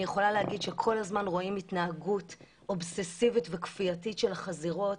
אני יכולה להגיד שכל הזמן רואים התנהגות אובססיבית וכפייתית של החזירות,